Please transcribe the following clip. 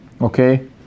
okay